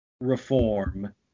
reform